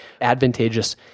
advantageous